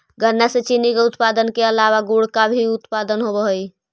गन्ना से चीनी के उत्पादन के अलावा गुड़ का उत्पादन भी होवअ हई